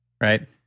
right